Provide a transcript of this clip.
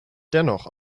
dennoch